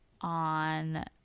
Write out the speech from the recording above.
on